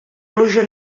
pluja